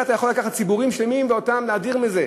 איך אתה יכול לקחת ציבורים שלמים ולהדיר אותם מזה?